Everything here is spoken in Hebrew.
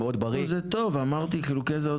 אני נשיא "האקדמית חמדת",